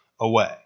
away